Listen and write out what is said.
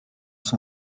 son